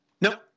Nope